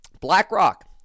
BlackRock